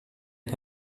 der